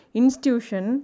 institution